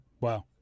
wow